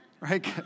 Right